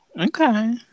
okay